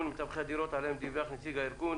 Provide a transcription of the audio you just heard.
מתווכי הדירות עליהם דיווח נציג הארגון,